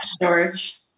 George